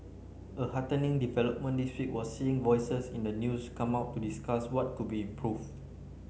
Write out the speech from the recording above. a heartening development this week was seeing voices in the news come out to discuss what could be improve